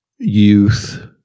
youth